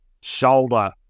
shoulder